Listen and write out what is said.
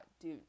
dude